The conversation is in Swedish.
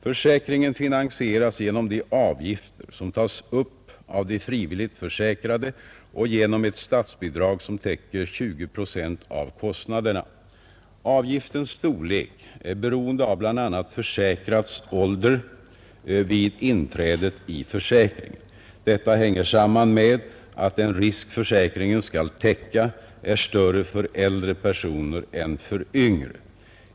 Försäkringen finansieras genom de avgifter som tas upp av de frivilligt försäkrade och genom ett statsbidrag som täcker 20 procent av kostnaderna. Avgiftens storlek är beroende av bl.a. försäkrads ålder vid inträdet i försäkringen. Detta hänger samman med att den risk försäkringen skall täcka är större för äldre personer än för yngre.